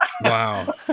Wow